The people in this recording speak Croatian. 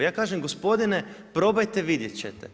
Ja kažem, gospodine probajte, vidjeti ćete.